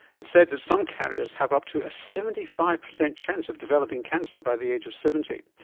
it's said that some carriers have up to a seventy five percent chance of developing cancer by the age of seventy.